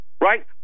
Right